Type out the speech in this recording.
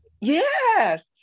Yes